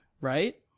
right